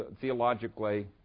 theologically